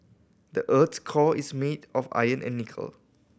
the earth's core is made of iron and nickel